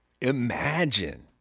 imagine